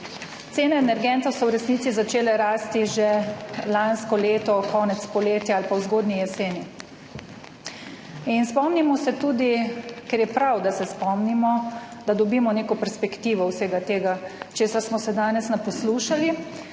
Cene energentov so v resnici začele rasti že lansko leto, konec poletja ali pa v zgodnji jeseni. In spomnimo se tudi, ker je prav, da se spomnimo, da dobimo neko perspektivo vsega tega, česar smo se danes naposlušali,